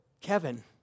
kevin